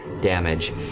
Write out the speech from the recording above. damage